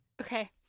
Okay